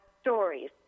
stories